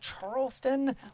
Charleston